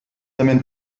amène